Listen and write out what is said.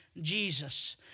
jesus